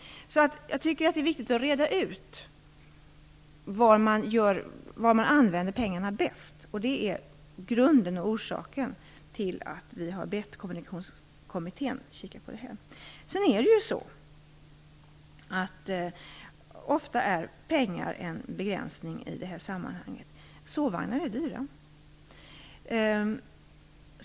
Så det är viktigt att reda ut var man använder pengarna bäst. Det är grunden och orsaken till att vi har bett Kommunikationskommittén kika på det här. Sedan är det ju så att pengar ofta är en begränsning i det här sammanhanget. Sovvagnar är dyra.